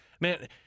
man